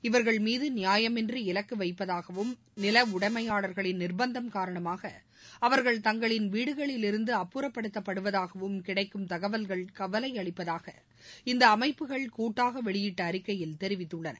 இவர்கள் மீது நியாயமின்றி இலக்கு வைப்பதாகவும் நில உடைமையாளர்களின் நிர்பந்தம் காரணமாக அவர்கள் தங்களின் வீடுகளிலிருந்து அப்புறப்படுத்தப்படுவதாகவும் கிடைக்கும் தகவல்கள் கவலை அளிப்பதாக இந்த அமைப்புகள் கூட்டாக வெளியிட்ட அறிக்கையில் தெிவித்துள்ளன